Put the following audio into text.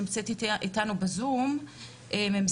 שנמצאת איתנו בזום.